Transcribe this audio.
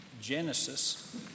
Genesis